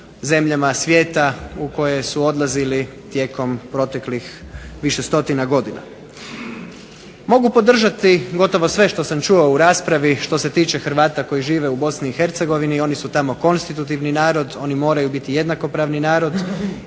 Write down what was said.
zemljama svijeta u koje su odlazili tijekom proteklih više stotina godina. Mogu podržati gotovo sve što sam čuo u raspravi, što se tiče Hrvata koji žive u Bosni i Hercegovini, oni su tamo konstitutivni narod, oni moraju biti jednakopravni narod,